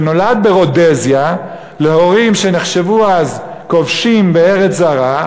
שנולד ברודזיה להורים שנחשבו אז כובשים בארץ זרה,